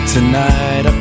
Tonight